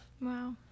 Wow